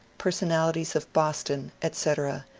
personalities of boston, etc,